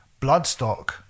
Bloodstock